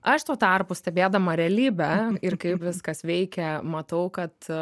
aš tuo tarpu stebėdama realybę ir kaip viskas veikia matau kad